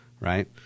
right